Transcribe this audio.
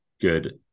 good